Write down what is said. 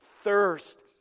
thirst